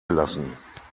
gelassen